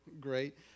Great